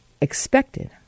expected